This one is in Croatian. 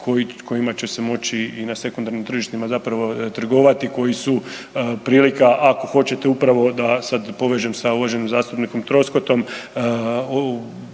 kojima će se moći i na sekundarnim tržištima zapravo trgovati, koji su prilika ako hoćete upravo da sad povežem sa uvaženim zastupnikom Troskotom